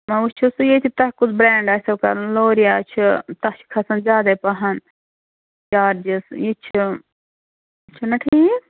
وۅنۍ وُچھِو سُہ ییٚتی تۄہہِ کُس برٛینٛڈ آسٮ۪و کَرُن لوریا چھُ تَتھ چھِ کھَسان زیادَے پَہَن چارجِز یہِ چھُ چھُنا ٹھیٖک